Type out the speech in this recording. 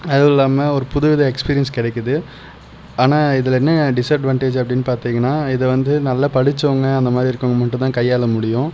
அதுவும் இல்லாமல் ஒரு புது வித எக்ஸ்பீரியன்ஸ் கிடைக்குது ஆனால் இதில் என்ன டிஸ்அட்வான்டேஜ் அப்படின்னு பார்த்தீங்கன்னா இது வந்து நல்லா படித்தவங்க அந்த மாதிரி இருக்கிறவங்க மட்டும் தான் கையாள முடியும்